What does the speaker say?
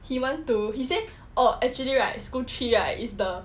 he want to he said oh actually right school three right is the